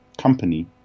company